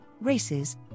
races